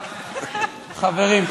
חברים.